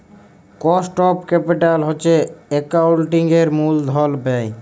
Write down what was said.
cost of capital হছে একাউল্টিংয়ের মূলধল ব্যায়